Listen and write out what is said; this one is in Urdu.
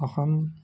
ا